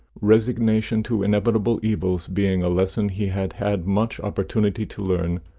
resignation to inevitable evils being a lesson he had had much opportunity to learn,